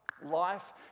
life